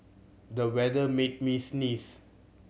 the weather made me sneeze